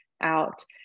out